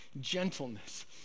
gentleness